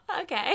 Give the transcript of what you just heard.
okay